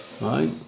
right